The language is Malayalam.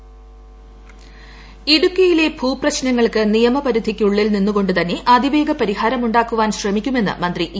ചന്ദ്രശേഖരൻ ഭൂപ്രശ്നം ഇടുക്കിയിലെ ഭൂപ്രശ്നങ്ങൾക്ക് നിയമപരിധിക്കുള്ളിൽ നിന്നു കൊണ്ടു തന്നെ അതിവേഗ പരിഹാരമുണ്ടാക്കുവാൻ ശ്രമിക്കുമെന്ന് മന്ത്രി ഇ